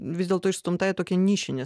vis dėlto išstumta į tokią nišinę